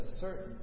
certain